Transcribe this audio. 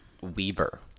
Weaver